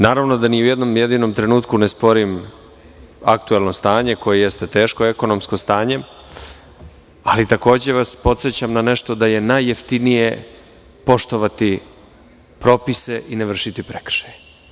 Naravno da ni u jednom jedinom trenutku ne sporim aktuelno stanje koje jeste teško ekonomsko stanje, ali takođe vas podsećam da je najjeftinije poštovati propise i ne vršiti prekršaje.